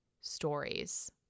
stories